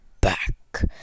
back